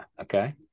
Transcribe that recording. okay